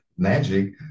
magic